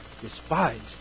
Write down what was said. despised